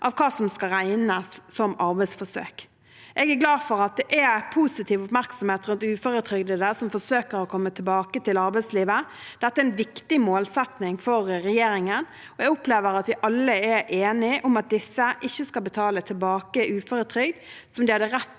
hva som skal regnes som arbeidsforsøk. Jeg er glad for at det er positiv oppmerksomhet rundt uføretrygdede som forsøker å komme tilbake til arbeidslivet. Dette er en viktig målsetting for regjeringen, og jeg opplever at vi alle er enige om at disse ikke skal betale tilbake uføretrygd som de hadde rett